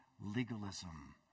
legalism